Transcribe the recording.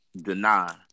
deny